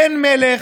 אין מלך,